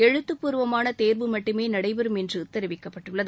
எழுத்துப்பூர்வமான தேர்வு மட்டுமே நடைபெறும் என்று தெரிவிக்கப்பட்டுள்ளது